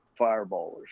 fireballers